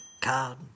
Card